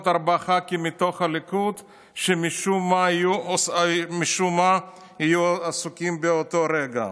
ארבעה ח"כים מתוך הליכוד שמשום מה יהיו עסוקים באותו רגע.